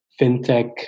fintech